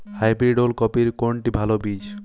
Hybrid ওল কপির কোনটি ভালো বীজ?